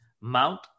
Mount